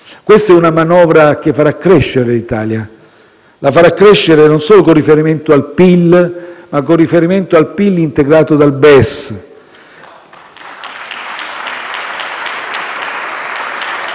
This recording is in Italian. Questa è una manovra che farà crescere l'Italia, e non solo con riferimento al PIL, ma con riferimento al PIL integrato dal